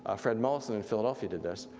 ah fred mollison in philadelphia did this,